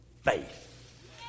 faith